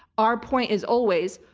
our point is always,